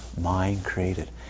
mind-created